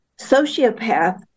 sociopath